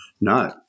No